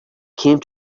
came